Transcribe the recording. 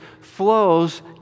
flows